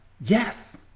Yes